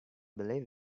believe